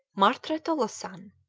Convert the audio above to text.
martre tolosan,